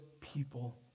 people